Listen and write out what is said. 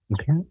Okay